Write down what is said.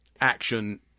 action